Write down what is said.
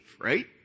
right